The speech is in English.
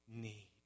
need